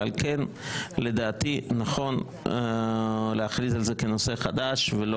על כן לדעתי נכון להכריז על זה כנושא חדש ולא